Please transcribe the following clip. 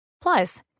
Plus